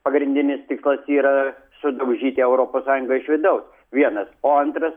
pagrindinis tikslas yra sudaužyti europos sąjungą iš vidaus vienas o antras